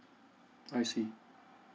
I see